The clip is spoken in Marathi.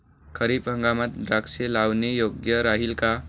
खरीप हंगामात द्राक्षे लावणे योग्य राहिल का?